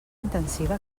intensiva